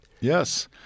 Yes